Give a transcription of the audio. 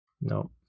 no